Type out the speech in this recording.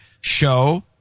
show